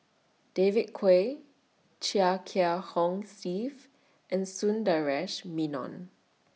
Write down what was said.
David Kwo Chia Kiah Hong Steve and Sundaresh Menon